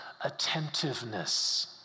attentiveness